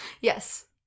Yes